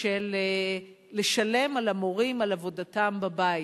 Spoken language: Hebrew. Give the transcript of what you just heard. של לשלם למורים על עבודתם בבית.